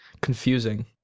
confusing